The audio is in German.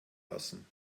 lassen